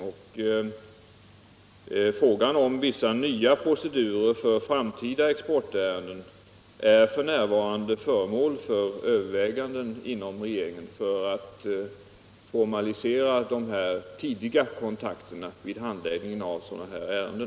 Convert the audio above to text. Frågan om införande av vissa nya procedurer för framtida exportärenden, i syfte att formalisera de tidiga kontakterna vid handläggning av sådana här ärenden, är f.n. föremål för överväganden inom regeringen.